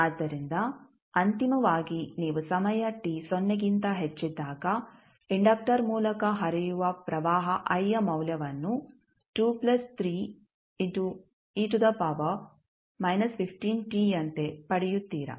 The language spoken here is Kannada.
ಆದ್ದರಿಂದ ಅಂತಿಮವಾಗಿ ನೀವು ಸಮಯ t ಸೊನ್ನೆಗಿಂತ ಹೆಚ್ಚಿದ್ದಾಗ ಇಂಡಕ್ಟರ್ ಮೂಲಕ ಹರಿಯುವ ಪ್ರವಾಹ I ಯ ಮೌಲ್ಯವನ್ನು ಯಂತೆ ಪಡೆಯುತ್ತೀರ